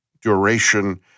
duration